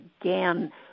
again